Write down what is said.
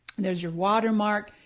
there's your watermark.